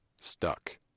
stuck